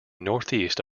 northeast